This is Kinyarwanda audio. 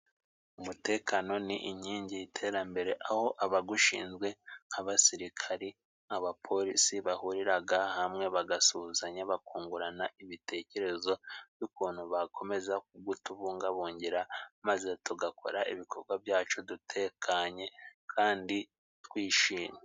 Umutekano ni inkingi y'iterambere aho abagushinzwe nk' abasirikari, abapolisi bahuriraga hamwe bagasuhuzanya, bakungurana ibitekerezo by'ukuntu bakomeza kugutubungabungira maze tugakora ibikogwa byacu dutekanye kandi twishimye.